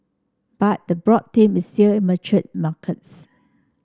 but the broad is still mature markets